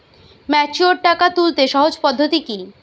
Mature টাকা তুলতে সহজ পদ্ধতি কি?